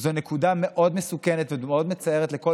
וזו נקודה מאוד מסוכנת ומאוד מצערת לכל